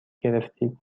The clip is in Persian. گرفتید